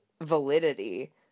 validity